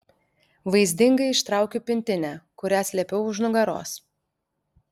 vaizdingai ištraukiu pintinę kurią slėpiau už nugaros